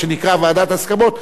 מה שנקרא ועדת הסכמות,